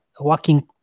working